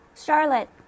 Charlotte